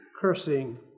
cursing